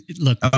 look